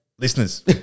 Listeners